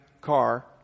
car